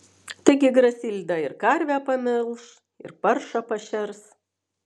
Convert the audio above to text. taigi grasilda ir karvę pamelš ir paršą pašers